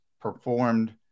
performed